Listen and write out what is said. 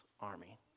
army